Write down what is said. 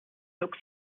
took